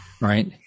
right